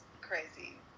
crazy